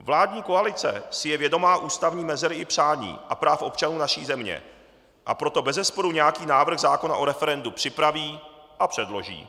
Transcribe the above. Vládní koalice si je vědoma ústavní mezery i přání a práv občanů naší země, a proto bezesporu nějaký návrh zákona o referendu připraví a předloží.